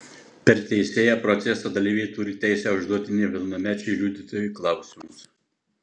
per teisėją proceso dalyviai turi teisę užduoti nepilnamečiui liudytojui klausimus